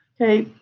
okay,